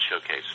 Showcase